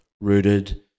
rooted